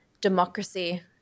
democracy